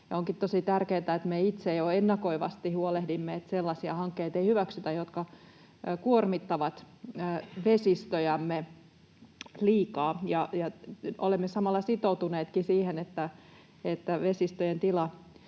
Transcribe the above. onkin tosi tärkeää, että me itse jo ennakoivasti huolehdimme, että ei hyväksytä sellaisia hankkeita, jotka kuormittavat vesistöjämme liikaa. Olemme samalla sitoutuneetkin siihen, että vesistöjen tila